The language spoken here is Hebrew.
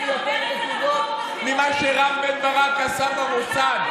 יותר נקודות מעל מה שרם בן ברק עשה במוסד.